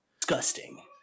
Disgusting